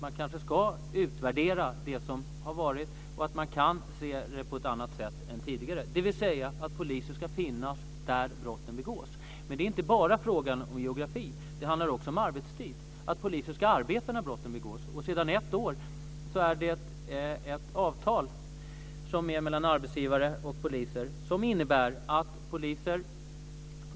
Man kanske ska utvärdera det som har varit och se det på ett annat sätt än tidigare, dvs. att poliser ska finnas där brotten begås. Men det är inte bara en fråga om geografi. Det handlar också om arbetstid, om att poliser ska arbeta när brotten begås. Sedan ett år tillbaka finns det ett avtal mellan arbetsgivare och poliser.